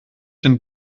den